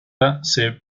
bach